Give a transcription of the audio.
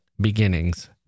beginnings